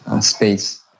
space